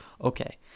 Okay